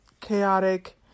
chaotic